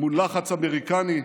מול לחץ אמריקני,